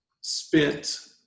spent